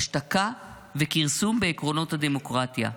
השתקה וכרסום בעקרונות הדמוקרטיה.